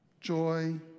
joy